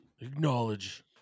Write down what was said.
acknowledge